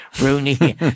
Rooney